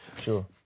Sure